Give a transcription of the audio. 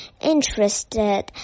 interested